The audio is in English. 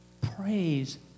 praise